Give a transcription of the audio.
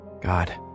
God